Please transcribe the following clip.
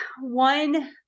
one